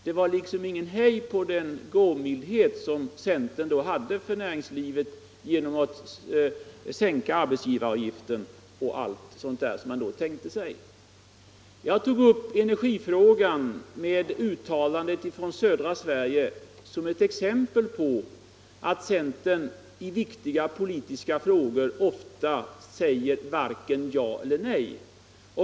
Det var liksom ingen hejd på den givmildhet som centern då visade emot näringslivet genom att vilja sänka arbetsgivaravgiften och genom att ge företagen olika lättnader. Jag tog upp uttalandet från södra Sverige som ett exempel på att centern ofta i viktiga politiska frågor varken säger ja eller nej.